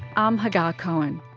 um hagar cohen